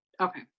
Okay